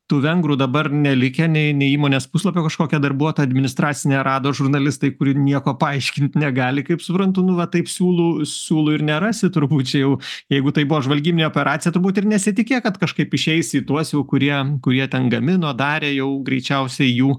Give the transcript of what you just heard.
tų vengrų dabar nelikę nei nei įmonės puslapio kažkokią darbuotoją administracinę rado žurnalistai kuri nieko paaiškint negali kaip suprantu nu va taip siūlų siūlų ir nerasi turbūt čia jau jeigu tai buvo žvalgybinė operacija turbūt ir nesitikėk kad kažkaip išeisi į tuos jau kurie kurie ten gamino darė jau greičiausiai jų